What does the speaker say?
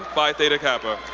phi theta kappa.